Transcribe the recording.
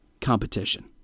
competition